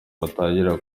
batangira